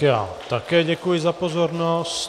Já také děkuji za pozornost.